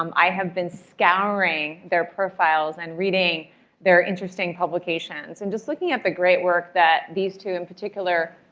um i have been scouring their profiles and reading their interesting publications and just looking at the great work that these two, in particular,